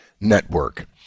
network